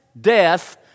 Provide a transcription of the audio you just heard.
death